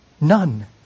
None